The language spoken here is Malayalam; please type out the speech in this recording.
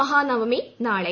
മഹാനവമി നാളെ